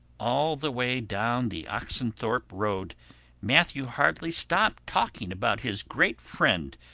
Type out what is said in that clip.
all the way down the oxenthorpe road matthew hardly stopped talking about his great friend,